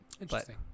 interesting